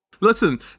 Listen